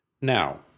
now